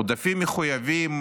עודפים מחויבים,